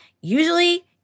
Usually